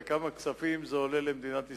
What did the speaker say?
וכמה כספים זה עולה למדינת ישראל,